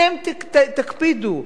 אתם תקפידו,